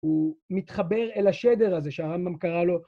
הוא מתחבר אל השדר הזה שהעם גם קרא לו...